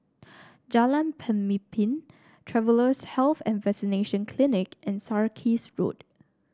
Jalan Pemimpin Travellers' Health and Vaccination Clinic and Sarkies Road